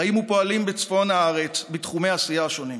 חיים ופועלים בצפון הארץ בתחומי העשייה השונים.